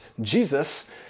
Jesus